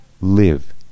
live